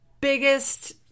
biggest